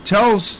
Tells